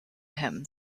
him